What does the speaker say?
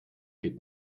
geht